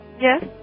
Yes